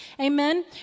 Amen